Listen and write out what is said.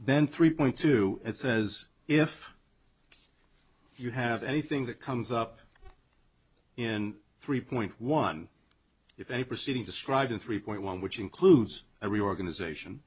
then three point two it's as if you have anything that comes up in three point one if any proceeding described in three point one which includes a reorganization